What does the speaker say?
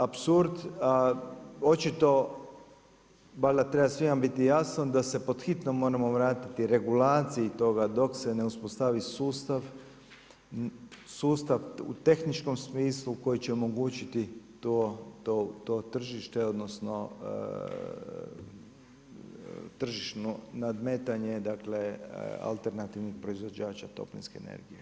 Apsurd a očito valjda treba svima biti jasno da se pod hitno moramo vratiti regulaciji toga dok se ne uspostavi sustav u tehničkom smislu koji će omogućiti to tržište, odnosno tržišno nadmetanje, dakle alternativnih proizvođača toplinske energije.